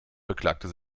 beklagte